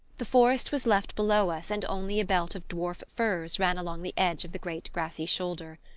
the forest was left below us and only a belt of dwarf firs ran along the edge of the great grassy shoulder.